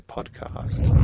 Podcast